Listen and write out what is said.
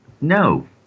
no